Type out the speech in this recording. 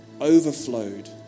overflowed